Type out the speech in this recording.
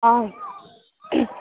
ହଁ